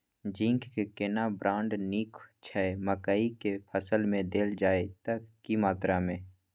Zinc के केना brand नीक छैय मकई के फसल में देल जाए त की मात्रा में?